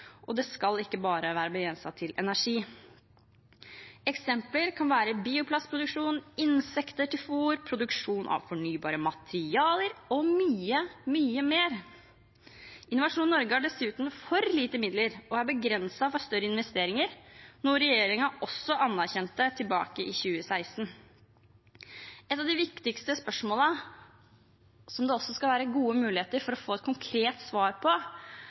og det skal ikke bare være begrenset til energi. Eksempler kan være bioplastproduksjon, insekter til fôr, produksjon av fornybare materialer og mye, mye mer. Innovasjon Norge har dessuten for lite midler og er begrenset for større investeringer, noe regjeringen også anerkjente tilbake i 2016. Et av de viktigste spørsmålene, som det også skulle være gode muligheter for å få et konkret svar på,